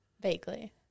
Vaguely